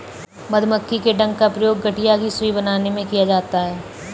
मधुमक्खी के डंक का प्रयोग गठिया की सुई बनाने में किया जाता है